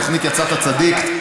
התוכנית יצאת צדיק,